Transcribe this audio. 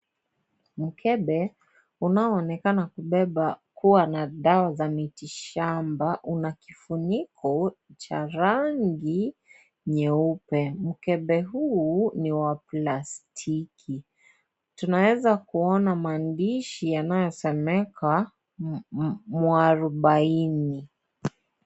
Mkebe unaonekana kuwa na dawa za mitishamba una kifuniko cha rangi nyeupe. Mkebe huu ni wa plastiki. Tunaweza kuona maandishi yanayosomeka mwarubaini.